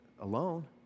alone